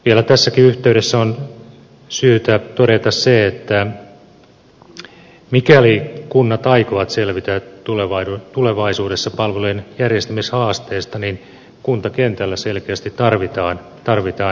vielä tässäkin yhteydessä on syytä todeta se että mikäli kunnat aikovat selvitä tulevaisuudessa palveluiden järjestämishaasteesta niin kuntakentällä selkeästi tarvitaan muutoksia